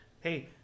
hey